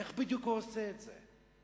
איך בדיוק הוא עושה את זה?